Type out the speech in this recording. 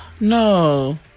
No